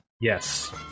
Yes